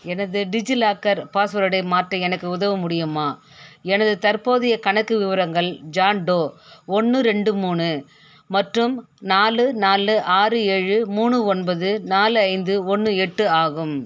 எனது டிஜிலாக்கர் பாஸ்வேர்டை மாற்ற எனக்கு உதவ முடியுமா எனது தற்போதைய கணக்கு விவரங்கள் ஜான் டோ ஒன்று ரெண்டு மூணு மற்றும் நாலு நாலு ஆறு ஏழு மூணு ஒன்பது நாலு ஐந்து ஒன்று எட்டு ஆகும்